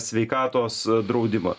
sveikatos draudimą